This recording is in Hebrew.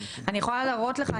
אני יכולה להראות לך,